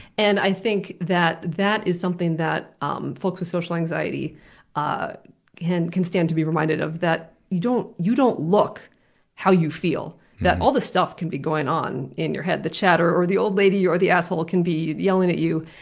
and i think that that is something that um folks with social anxiety ah can can stand to be reminded of that you you don't look how you feel. that all this stuff can be going on in your head, the chatter or the old lady or the asshole can be yelling at you,